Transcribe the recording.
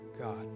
God